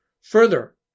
Further